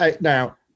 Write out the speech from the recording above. now